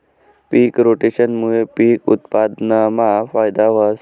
पिक रोटेशनमूये पिक उत्पादनमा फायदा व्हस